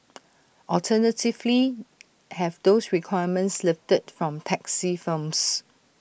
alternatively have those requirements lifted from taxi firms